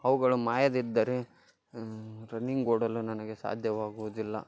ಅವುಗಳು ಮಾಯದಿದ್ದರೆ ರನ್ನಿಂಗ್ ಓಡಲು ನನಗೆ ಸಾಧ್ಯವಾಗುವುದಿಲ್ಲ